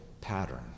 pattern